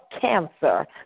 cancer